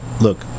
look